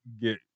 get